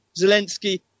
Zelensky